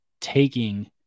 taking